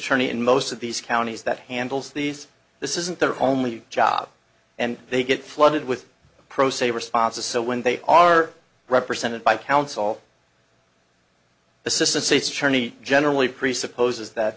attorney in most of these counties that handles these this isn't their only job and they get flooded with pro se responses so when they are represented by counsel assistant state's attorney generally presupposes that